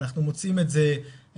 אנחנו מוצאים את זה בקנדה,